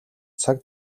цаг